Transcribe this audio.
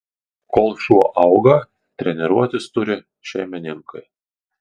kol šuo auga treniruotis turi šeimininkai